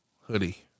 hoodie